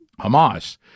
Hamas